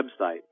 website